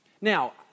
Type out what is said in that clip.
Now